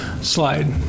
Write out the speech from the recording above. slide